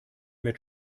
mit